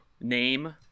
name